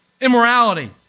immorality